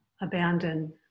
abandon